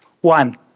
One